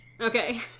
Okay